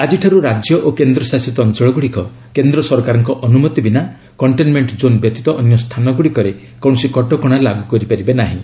ଆଜିଠାରୁ ରାଜ୍ୟ ଓ କେନ୍ଦ୍ରଶାସିତ ଅଞ୍ଚଳଗୁଡ଼ିକ କେନ୍ଦ୍ର ସରକାରଙ୍କ ଅନୁମତି ବିନା କଣ୍ଟେନ୍ମେଣ୍ଟ ଜୋନ୍ ବ୍ୟତୀତ ଅନ୍ୟ ସ୍ଥାନଗୁଡ଼ିକରେ କୌଣସି କଟକଣା ଲାଗୁ କରିପାରିବେ ନାହିଁ